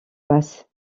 basse